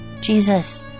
Jesus